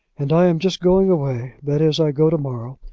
and i am just going away. that is, i go to-morrow.